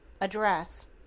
Address